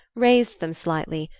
raised them slightly,